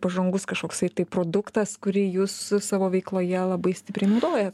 pažangus kažkoksai tai produktas kurį jūs su savo veikloje labai stipriai naudojat